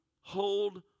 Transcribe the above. Hold